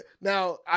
Now